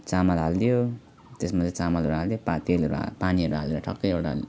चामल हालिदियो त्यसमा चाहिँ चामलहरू हालिदियो पा तेलहरू पानीहरू हालेर ठक्कै एउटा